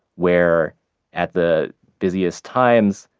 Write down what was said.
where at the busiest times,